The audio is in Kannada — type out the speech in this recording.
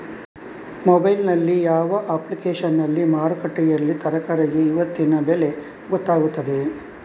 ಮೊಬೈಲ್ ನಲ್ಲಿ ಯಾವ ಅಪ್ಲಿಕೇಶನ್ನಲ್ಲಿ ಮಾರುಕಟ್ಟೆಯಲ್ಲಿ ತರಕಾರಿಗೆ ಇವತ್ತಿನ ಬೆಲೆ ಗೊತ್ತಾಗುತ್ತದೆ?